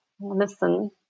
listen